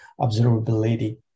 observability